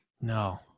No